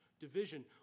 division